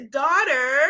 daughter